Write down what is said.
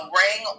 ring